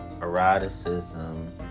eroticism